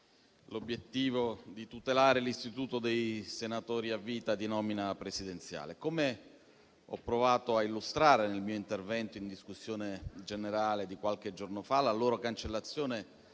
l'obiettivo di tutelare l'istituto dei senatori a vita di nomina presidenziale. Come ho provato a illustrare nel mio intervento in discussione generale di qualche giorno fa, la loro cancellazione